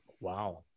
Wow